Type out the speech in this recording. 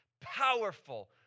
powerful